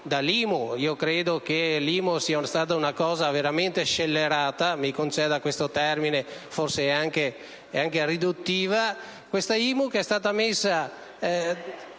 tassa che credo sia stata una cosa veramente scellerata, mi si conceda questo termine, che forse è anche riduttivo.